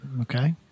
Okay